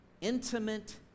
intimate